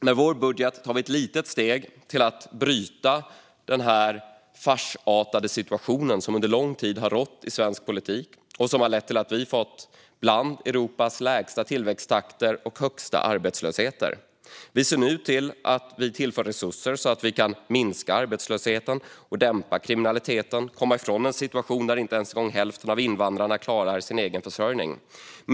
Med vår budget tar vi ett litet steg för att bryta den farsartade situation som under lång tid har rått i svensk politik och som har lett till att vi har fått en tillväxttakt som är bland de lägsta i Europa och en arbetslöshet som är bland de högsta i Europa. Vi tillför nu resurser så att vi kan minska arbetslösheten, dämpa kriminaliteten och komma ifrån en situation där inte ens hälften av invandrarna klarar sin egen försörjning.